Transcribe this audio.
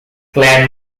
clan